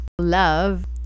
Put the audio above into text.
Love